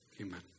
Amen